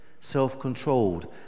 self-controlled